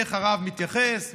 איך הרב מתייחס,